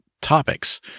topics